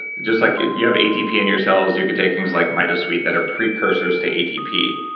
just like you have atp in your cells, you could take things like mitosweet that are precursors to atp,